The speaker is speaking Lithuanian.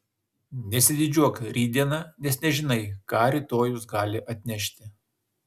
nesididžiuok rytdiena nes nežinai ką rytojus gali atnešti